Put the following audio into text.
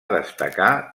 destacar